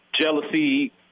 jealousy